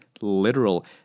literal